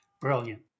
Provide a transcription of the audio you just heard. brilliant